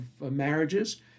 marriages